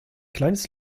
kleines